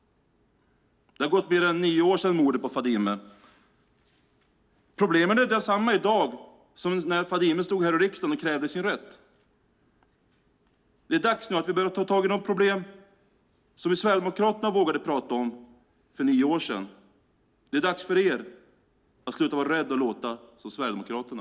Det har gått mer än nio år sedan mordet på Fadime. Problemen är desamma i dag som när Fadime stod här i riksdagen och krävde sin rätt. Det är dags nu att börja ta tag i de problem som vi sverigedemokrater vågade prata om för nio år sedan. Det är dags för er att sluta vara rädda för att låta som Sverigedemokraterna.